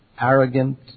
arrogant